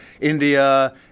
India